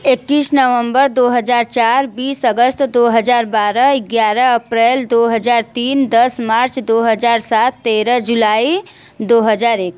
इक्कीस नवंबर दो हज़ार चार बीस अगस्त दो हज़ार बारह ग्यारह अप्रैल दो हज़ार तीन दस मार्च दो हज़ार सात तेरह जुलाई दो हज़ार एक